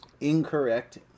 incorrect